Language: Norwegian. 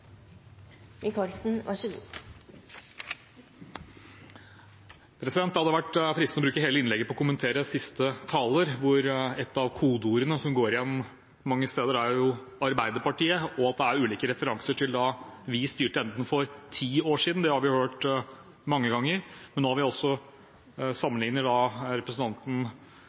hvor et av kodeordene som går igjen mange steder, er Arbeiderpartiet, og det er ulike referanser til da vi styrte, ikke bare for ti år siden – det har vi hørt mange ganger – men nå sammenligner representanten dagens situasjon med situasjonen på 1990-tallet, da